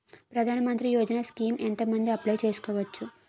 ప్రధాన మంత్రి యోజన స్కీమ్స్ ఎంత మంది అప్లయ్ చేసుకోవచ్చు?